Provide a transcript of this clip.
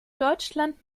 deutschland